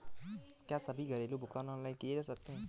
क्या सभी घरेलू भुगतान ऑनलाइन किए जा सकते हैं?